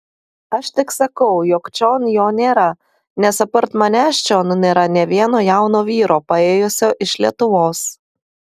aš tik sakau jog čion jo nėra nes apart manęs čion nėra nė vieno jauno vyro paėjusio iš lietuvos